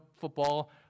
football